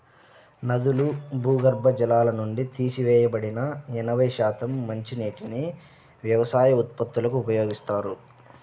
నదులు, భూగర్భ జలాల నుండి తీసివేయబడిన ఎనభై శాతం మంచినీటిని వ్యవసాయ ఉత్పత్తులకు ఉపయోగిస్తారు